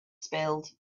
spilled